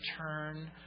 turn